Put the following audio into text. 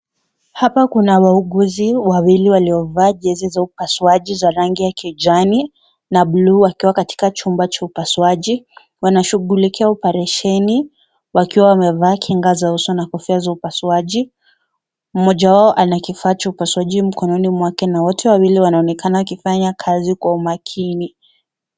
Hapa kuna wauguzi wawili waliovaa jezi za upasuaji za rangi ya kijani na bluu. Wakiwa katika chumba cha upasuaji. Wanashughulikia operesheni wakiwa wamevaa kinga za uso na kofia za upasuaji. Mmoja wao ana kifaa chu upasuaji mkononi mwake na wote wawili wanaonekana wakifanya kazi kwa umakini.